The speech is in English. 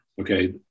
Okay